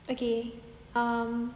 okay um